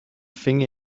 thing